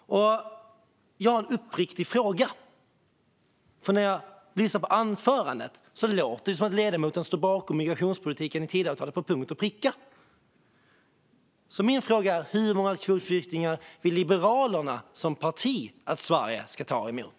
Jag har en uppriktig fråga. När jag lyssnade på Mauricio Rojas anförande lät det som att ledamoten står bakom migrationspolitiken i Tidöavtalet till punkt och pricka. Min fråga är därför: Hur många kvotflyktingar vill Liberalerna som parti att Sverige ska ta emot?